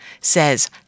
says